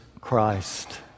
Christ